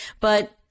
But-